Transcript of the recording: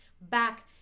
back